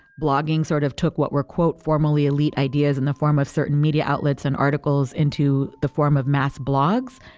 blogging sort of took what were quote formally elite ideas in the form of certain media outlets and articles into the form of math blogs.